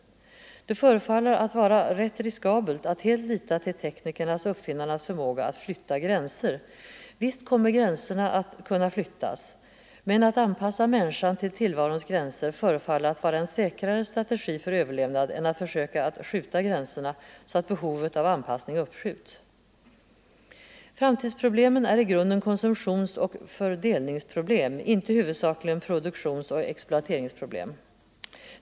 Det förefaller att vara rätt riskabelt att helt lita tillteknikernas och uppfinnarnas förmåga att flytta gränser. Visst kommer gränserna att kunna flyttas. --- Men att anpassa människan till tillvarons gränser förefaller att vara en säkrare strategi för överlevnad än att försöka att skjuta gränserna, så att behovet av anpassning uppskjuts. Framtidsproblemen är i grunden konsumtionsoch fördelningsproblem, inte huvudsakligen produktionsoch exploateringsproblem.